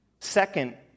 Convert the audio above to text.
Second